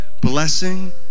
blessing